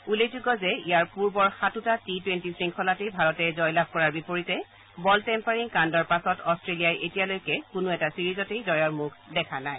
উল্লেখযোগ্য যে ইয়াৰ পূৰ্বৰ সাতোটা টি টুৱেণ্টি শৃংখলাতে ভাৰতে জয় লাভ কৰাৰ বিপৰীতে বল টেম্পাৰিং কাণ্ডৰ পাছত অট্টেলিয়াই এতিয়ালৈকে কোনো এটা চিৰিজতে জয়ৰ মুখ দেখা নাই